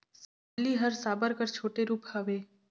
सबली हर साबर कर छोटे रूप हवे